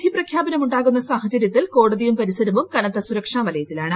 വിധി പ്രഖ്യാപനം ഉണ്ടാകുന്ന സാഹചരൃത്തിൽ കോട്ടതിയും പരിസരവും കനത്ത സുരക്ഷാ വലയത്തിലാണ്